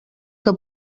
que